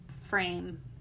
frame